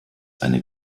eine